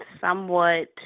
somewhat